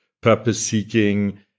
purpose-seeking